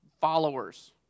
followers